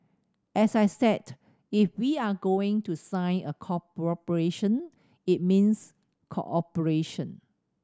as I said if we are going to sign a cooperation it means cooperation